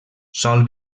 sol